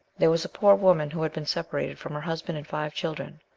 there was a poor woman who had been separated from her husband and five children.